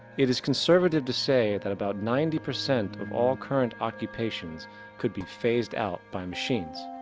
it is conservative to say that about ninety percent of all current occupations could be faced out by machines.